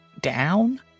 down